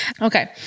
Okay